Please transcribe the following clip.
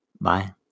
Bye